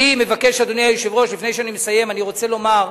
אדוני היושב-ראש, לפני שאני מסיים אני רוצה לומר,